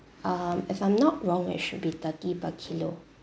um if I'm not wrong it should be thirty per kilo